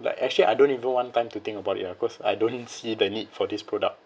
like actually I don't even want time to think about it lah cause I don't see the need for this product